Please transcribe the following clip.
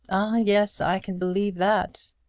yes i can believe that.